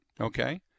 Okay